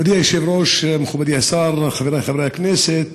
כבוד היושב-ראש, מכובדי השר, חברי חברי הכנסת,